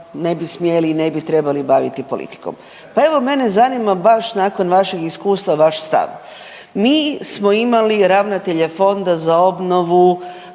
ne bi sjeli i ne bi trebali baviti politikom. Pa evo mene zanima baš nakon vašeg iskustva vaš stav. Mi smo imali ravnatelja Fonda za obnovu